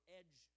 edge